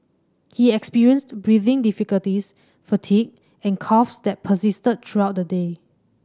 he experienced breathing difficulties fatigue and coughs that persisted throughout the day